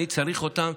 אני צריך אותם.